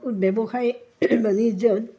ব্যৱসায় বাণিজ্যত